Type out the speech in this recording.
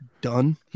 done